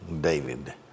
David